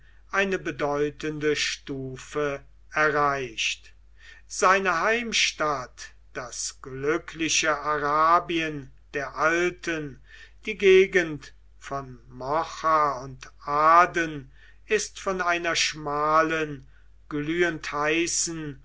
eine bedeutende stufe erreicht seine heimstatt das glückliche arabien der alten die gegend von mocha und aden ist von einer schmalen glühend heißen